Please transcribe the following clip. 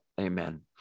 Amen